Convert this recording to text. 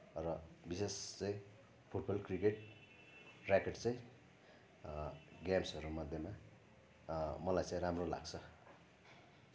र विशेष चाहिँ फुटबल क्रिकेट ऱ्याकेट चाहिँ गेम्सहरू मध्येमा मलाई चाहिँ राम्रो लाग्छ